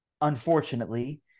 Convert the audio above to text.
unfortunately